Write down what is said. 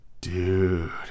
dude